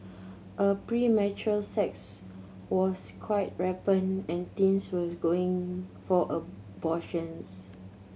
a premarital sex was quite rampant and teens with going for abortions